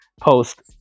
post